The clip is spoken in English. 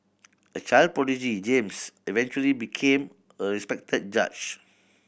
a child prodigy James eventually became a respected judge